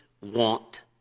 want